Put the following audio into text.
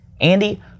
Andy